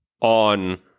On